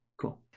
cool